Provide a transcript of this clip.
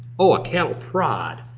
oh a cattle prod.